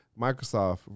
Microsoft